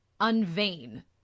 unvain